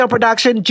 Production